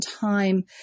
time